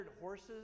horses